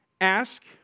Ask